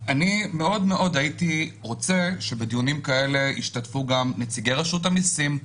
הייתי מאוד מאוד רוצה שבדיונים כאלה ישתתפו גם נציגי רשות המסים,